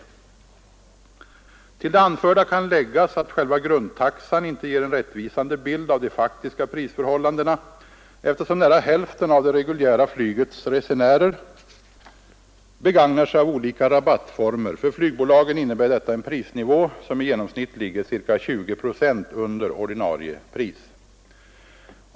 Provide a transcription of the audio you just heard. Till det anförda kan läggas att själva grundtaxan inte ger en rättvisande bild av de faktiska prisförhållandena, eftersom nära hälften av det reguljära flygets resenärer begagnar sig av olika rabattformer. För flygbolagen innebär detta en prisnivå som i genomsnitt ligger ca 20 procent under ordinarie pris.